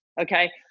Okay